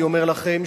אני אומר לכם,